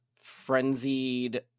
frenzied